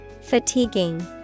Fatiguing